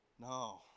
No